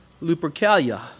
Lupercalia